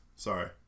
Sorry